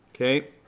okay